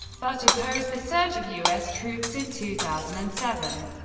but opposed the surge of u s. troops in two thousand and seven.